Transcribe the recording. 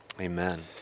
Amen